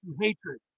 hatred